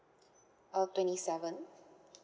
uh twenty seven